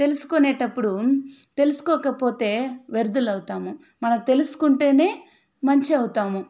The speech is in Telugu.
తెలుసుకునేటప్పుడు తెలుసుకోకపోతే వ్యర్దులం అవుతాము మనం తెలుసుకుంటేనే మంచి అవుతాము